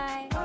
Bye